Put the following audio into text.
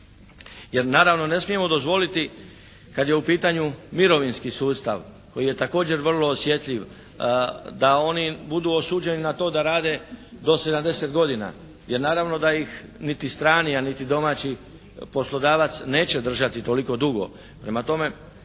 jer naravno ne smijemo dozvoliti kad je u pitanju mirovinski sustav koji je također vrlo osjetljiv, da oni budu osuđeni na to da rade do 70 godina, jer naravno da ih niti strani, a niti domaći poslodavac neće držati toliko dugo. Prema tome,